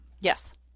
Yes